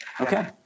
Okay